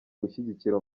gushyikira